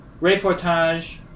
reportage